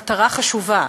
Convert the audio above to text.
מטרה חשובה,